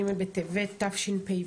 ג' בטבת התשפ"ב,